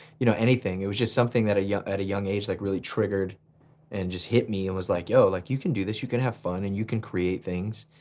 you know, anything. it was just something yeah at a young age like really triggered and just hit me and was like yo, like you can do this, you can have fun and you can create things,